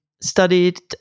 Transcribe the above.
studied